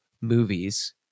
movies